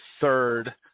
third